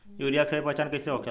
Urea के सही पहचान कईसे होखेला?